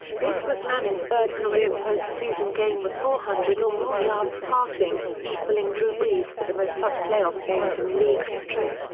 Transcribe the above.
this was manning's third career postseason game with four hundred or more yards passing, equaling drew brees for the most such playoff games in league history.